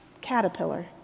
caterpillar